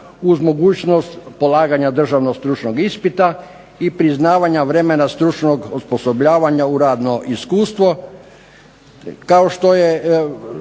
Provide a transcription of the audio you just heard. uz mogućnost polaganja državnog stručnog ispita i priznavanja vremena stručnog osposobljavanja u radno iskustvo,